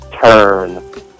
turn